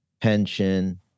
pension